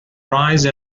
rise